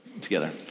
together